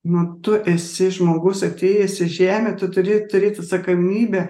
nu tu esi žmogus atėjęs į žemę tu turi turėti atsakomybę